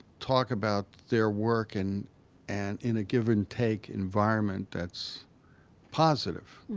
talk about their work and and in a give and take environment that's positive.